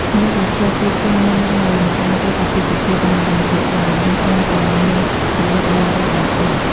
មនុស្សដែលធ្លាប់រៀបការមុនហើយ មិនអាចរៀបអាពាហ៍ពិពាហ៍បានម្តងទៀតឡើយ លុះត្រាតែមានសំបុត្រលែងលះដោយច្បាប់។